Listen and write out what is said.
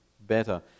better